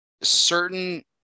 certain